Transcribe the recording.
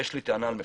יש לי טענה על מפקד.